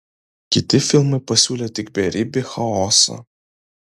kiti filmai pasiūlė tik beribį chaosą